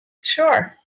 Sure